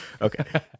okay